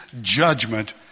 judgment